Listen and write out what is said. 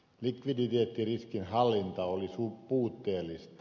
likviditeettiriskin hallinta oli puutteellista